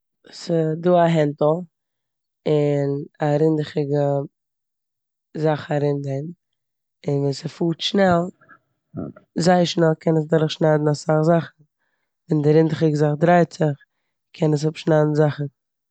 ס'דא א הענטל און א רינדיכיגע זאך ארום דעם און ווען ס'פארט שנעל, זייער שנעל, קען עס דורכשניידן אסאך זאכן. ווען די רינדיכיגע זאך דרייט זיך קען עס אפשניידן זאכן.